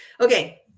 Okay